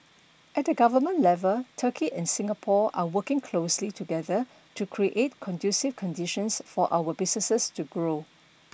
at the government level Turkey and Singapore are working closely together to create conducive conditions for our businesses to grow